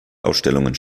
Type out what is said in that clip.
ausstellungen